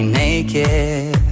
naked